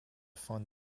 fund